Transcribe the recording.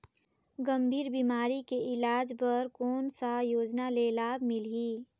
गंभीर बीमारी के इलाज बर कौन सा योजना ले लाभ मिलही?